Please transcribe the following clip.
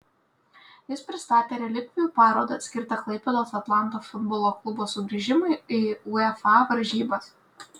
jis pristatė relikvijų parodą skirtą klaipėdos atlanto futbolo klubo sugrįžimui į uefa varžybas